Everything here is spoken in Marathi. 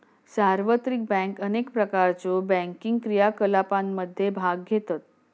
सार्वत्रिक बँक अनेक प्रकारच्यो बँकिंग क्रियाकलापांमध्ये भाग घेतत